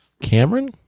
Cameron